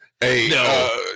Hey